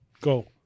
Go